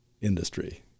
industry